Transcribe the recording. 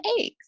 eggs